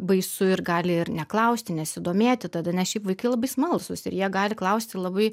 baisu ir gali ir neklausti nesidomėti tada nes šiaip vaikai labai smalsūs ir jie gali klausti labai